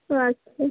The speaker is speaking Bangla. ও আচ্ছা